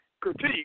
critique